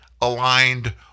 aligned